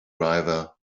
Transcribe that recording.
driver